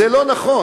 זה לא נכון,